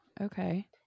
Okay